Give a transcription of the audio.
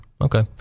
Okay